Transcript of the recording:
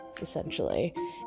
essentially